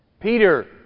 Peter